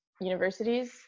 universities